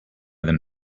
them